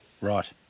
Right